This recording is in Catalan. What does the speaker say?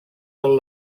del